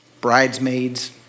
Bridesmaids